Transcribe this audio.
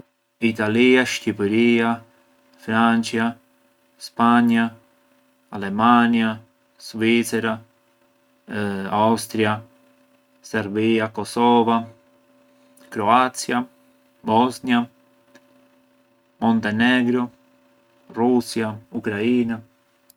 Italia, Shqiperia, França, Spanja, Alemania, Svicera, Austria, Serbia, Kosova, Kroacja, Bosnia, Montenegro, Rusja, Ukraina.